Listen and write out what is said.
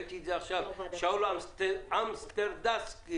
שאול אמסטרדמסקי